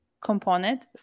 component